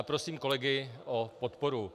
Já prosím kolegy o podporu.